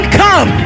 come